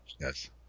Yes